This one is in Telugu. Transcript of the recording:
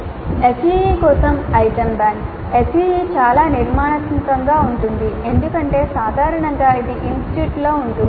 SEE కోసం ఐటమ్ బ్యాంక్ SEE చాలా నిర్మాణాత్మకంగా ఉంటుంది ఎందుకంటే సాధారణంగా ఇది ఇన్స్టిట్యూట్స్లో ఉంటుంది